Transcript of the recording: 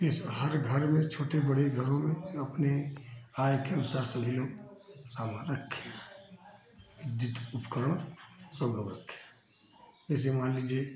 इस हर घर में छोटे बड़े घरों में अपनी आय के अनुसार सभी लोग सामान रखे हैं विद्युत उपकरण सब लोग रखे हैं जैसे मान लीजिए